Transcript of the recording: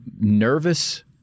nervous